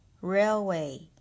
Railway